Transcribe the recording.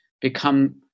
become